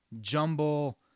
jumble